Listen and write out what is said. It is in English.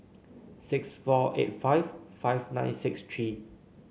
six four eight five five nine six three